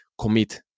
commit